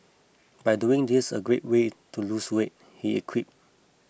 but doing this a great way to lose weight he equipped